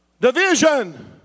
Division